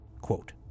Quote